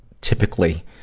typically